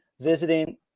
visiting